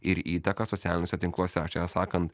ir įtaką socialiniuose tinkluose aš čia sakant